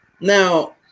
Now